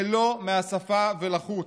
זה לא מהשפה ולחוץ,